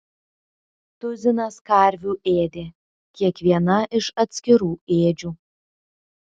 tuzinas karvių ėdė kiekviena iš atskirų ėdžių